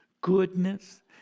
goodness